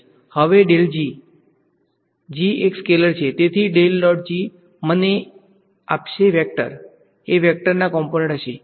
હવે g એક scalar છે તેથી મને એક આપશે વેક્ટર આપશે એ વેકટર ના કોમ્પોનંટ હશે